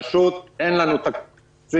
פשוט אין לנו תקציב.